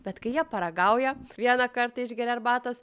bet kai jie paragauja vieną kartą išgeria arbatos